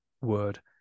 word